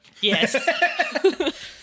yes